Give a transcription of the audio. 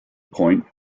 point